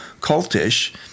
cultish